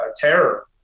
terror